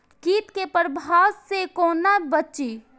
कीट के प्रभाव से कोना बचीं?